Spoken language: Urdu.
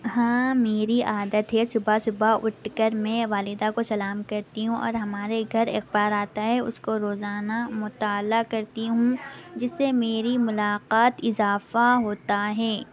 ہاں میری عادت ہے صبح صبح اٹھ کر میں والدہ کو سلام کرتی ہوں اور ہمارے گھر اخبار آتا ہے اس کو روزانہ مطالعہ کرتی ہوں جس سے میری ملاقات اضافہ ہوتا ہے